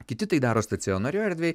kiti tai daro stacionarioj erdvėj